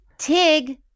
TIG